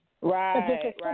Right